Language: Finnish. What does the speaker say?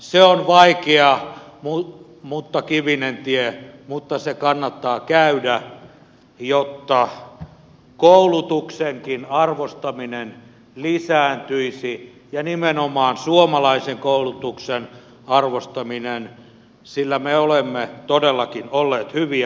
se on vaikea ja kivinen tie mutta se kannattaa käydä jotta koulutuksenkin arvostaminen lisääntyisi ja nimenomaan suomalaisen koulutuksen arvostaminen sillä me olemme todellakin olleet hyviä